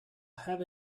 have